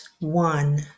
One